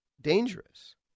dangerous